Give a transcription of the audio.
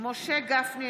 משה גפני,